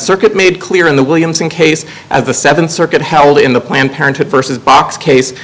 circuit made clear in the williamson case of the th circuit held in the planned parenthood versus box case